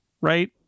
right